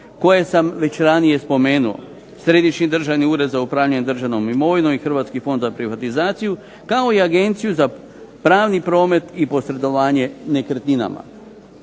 koje sam već ranije spomenuo, Središnji državni ured za upravljanje državnom imovinom i Hrvatski fond za privatizaciju kao i Agenciju za pravni promet i posredovanje nekretninama.